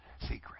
secret